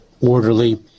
orderly